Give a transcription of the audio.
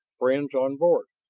friends on board?